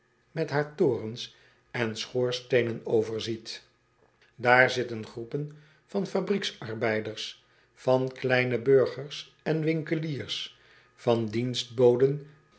met haar torens en schoorsteenen overzien aar zitten groepen van fabriekarbeiders van kleine burgers en winkeliers van